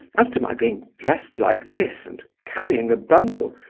as to my being dressed like this, and carrying a bundle,